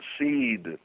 seed